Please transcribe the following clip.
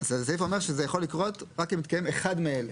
אז הסעיף אומר שזה יכול לקרות רק אם מתקיים אחד מאלה: